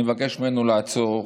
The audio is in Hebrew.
אני מבקש ממנו לעצור,